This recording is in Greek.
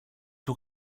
του